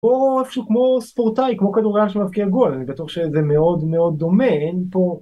או איפשהו כמו ספורטאי, כמו כדורגלן שמבקיע גול, אני בטוח שזה מאוד מאוד דומה פה.